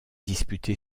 disputé